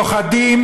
פוחדים.